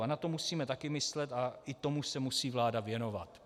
A na to musíme taky myslet a i tomu se musí vláda věnovat.